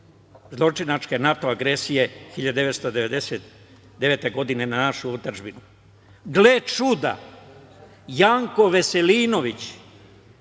zločinačke NATO agresije 1999. godine na našu otadžbinu. Gle čuda, Janko Veselinović,